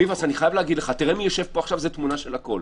ביבס, תראה מי יושב פה עכשיו, זו תמונה של הכול.